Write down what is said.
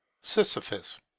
Sisyphus